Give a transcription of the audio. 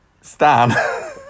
Stan